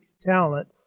talent